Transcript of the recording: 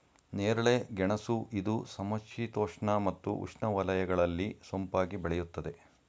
ನೇರಳೆ ಗೆಣಸು ಇದು ಸಮಶೀತೋಷ್ಣ ಮತ್ತು ಉಷ್ಣವಲಯಗಳಲ್ಲಿ ಸೊಂಪಾಗಿ ಬೆಳೆಯುತ್ತದೆ